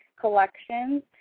collections